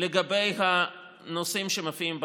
לגבי הנושאים שמופיעים בחוק.